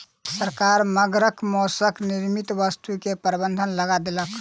सरकार मगरक मौसक निर्मित वस्तु के प्रबंध लगा देलक